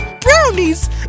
brownies